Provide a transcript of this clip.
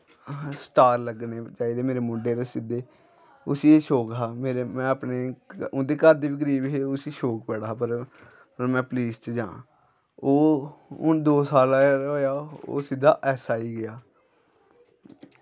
star लग्गने चाहिदे मेरे मूंडे पर सिद्धे उस्सी एह् शौंक हा में अपने उं'दे घर दे बी गरीब हे उस्सी शौंक बड़ा हा पर में पुलस च जांऽ ओह् हून दो साल होआ ओह् सिद्धा ऐस्स आई गेआ